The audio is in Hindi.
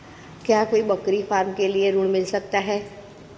क्या कोई बकरी फार्म के लिए ऋण मिल सकता है?